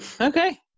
okay